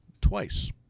twice